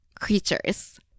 creatures